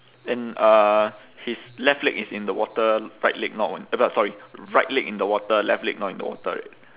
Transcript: then uh his left leg is in the water right leg not on uh sorry right leg in the water left leg not in the water right